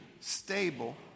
stable